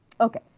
Okay